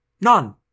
None